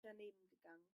danebengegangen